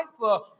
life